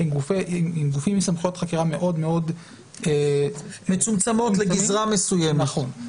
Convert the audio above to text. הם גופים עם סמכויות חקירה מאוד-מאוד מצומצמות בגזרה מסוימת.